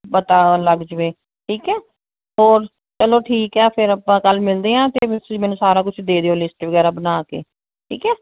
ਪਤਾ ਲੱਗ ਜਾਵੇ ਠੀਕ ਹੈ ਹੋਰ ਚਲੋ ਠੀਕ ਹੈ ਫਿਰ ਆਪਾਂ ਕੱਲ੍ਹ ਮਿਲਦੇ ਹਾਂ ਤਾਂ ਫਿਰ ਤੁਸੀਂ ਮੈਨੂੰ ਸਾਰਾ ਕੁਛ ਦੇ ਦਿਓ ਲਿਸਟ ਵਗੈਰਾ ਬਣਾ ਕੇ ਠੀਕ ਹੈ